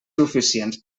suficients